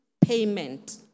payment